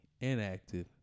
inactive